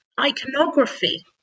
iconography